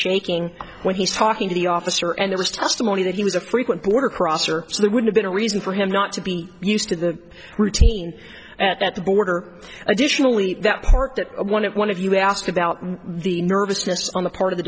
shaking when he's talking to the officer and it was testimony that he was a frequent border crosser so there would have been a reason for him not to be used to the routine at the border additionally that part that one of one of you asked about the nervousness on the part of the